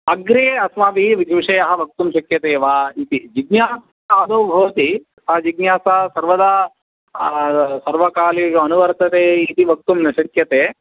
अग्रे अस्माभिः विद् विषयः वक्तुं शक्यते वा इति जिज्ञासा आदौ भवति सा जिज्ञासा सर्वदा सर्वकाले अनुवर्तते इति वक्तुं न शक्यते